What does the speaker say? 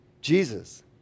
Jesus